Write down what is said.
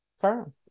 firm